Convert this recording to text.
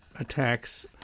Attacks